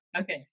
Okay